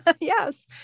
Yes